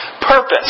Purpose